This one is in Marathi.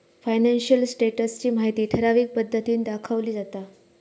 फायनान्शियल स्टेटस ची माहिती ठराविक पद्धतीन दाखवली जाता